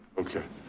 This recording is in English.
okay,